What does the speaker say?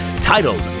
titled